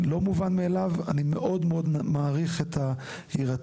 לא מובן מאליו, ואני מאוד מעריך את ההירתמות.